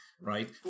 right